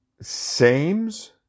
same's